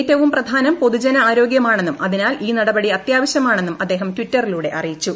ഏറ്റവും പ്രധാനം പൊതുജന ആരോഗ്യമാണെന്നും അതിനാൽ ഈ നടപടി അത്യാവശ്യമാണെന്നും അദ്ദേഹം ട്വിറ്ററിലൂടെ അറിയിച്ചു